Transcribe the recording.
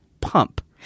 Pump